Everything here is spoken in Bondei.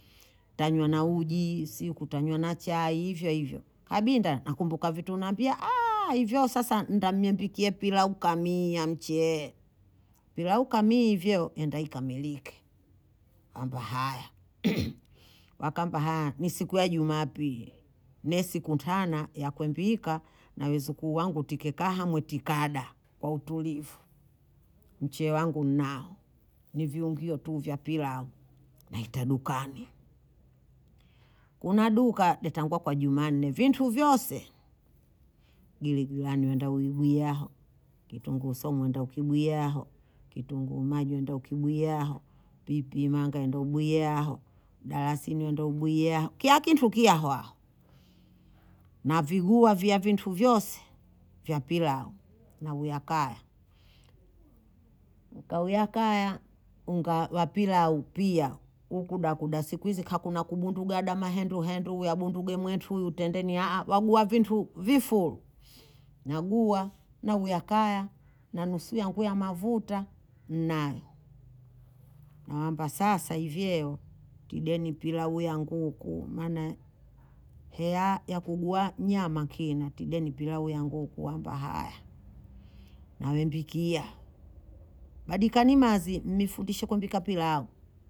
Tanyua na uji, siku tanyua na chai, hivyo, hivyo. Habi nda nakumbuka vitu na ambia, aa, hivyo sasa nda miambikye pilau kami ya mchie. Pilau kami hivyo, enda ika melike. Kamba haya. Wakamba haya, ni siku ya jumapi. Nesiku mtana ya kuembika, na wezuku wangu tikekaha mweti kada. Kwa utulivu. Mchie wangu nao. Niviumgiyo tuvia pilau. Na hita dukani. Kuna duka, netangua kwa jumani, na vintu vyose. Gili gulani, wenda uibuyaho. Kitungu osomu, wenda ukibuyaho. Kitungu umaju, wenda ukibuyaho. Pipi imanga, wenda ubuyaho. Darasini, wenda ubuyaho. Kia kitu kia hua. Na viguwa vya vintu vyose. Vya pilau. Na uyakaya. Uka uyakaya. Unga wapila upia. Ukuda kudasiku. Izi kakuna kubundu gada. Mahendu, hendu. Uyabunduge mwetu. Utende ni haa. Wa guwa vintu. Vifu. Na guwa. Na uyakaya. Na nusu yangu ya mavuta. Naye. Na wamba sasa. Ivieyo. Tideni pilau ya nguku. Mana hea ya kugua nyama kina. Tideni pilau ya nguku. Wamba haya. Na wembikia. Badika ni mazi mifudisho kumbika pilau.